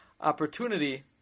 opportunity